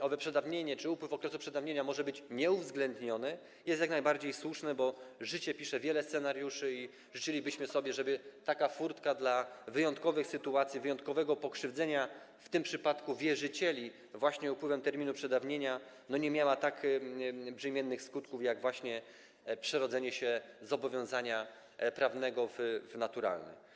owo przedawnienie czy upływ okresu przedawnienia mogą być nieuwzględnione, jest jak najbardziej słuszne, bo życie pisze wiele scenariuszy i życzylibyśmy sobie, żeby taka furtka w wyjątkowych sytuacjach, w sytuacjach wyjątkowego pokrzywdzenia, w tym przypadku wierzycieli właśnie upływem terminu przedawnienia, nie miała tak brzemiennych skutków, jak właśnie przerodzenie się zobowiązania prawnego w naturalne.